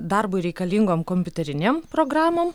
darbui reikalingom kompiuterinėm programom